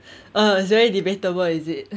oh it's very debatable is it